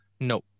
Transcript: no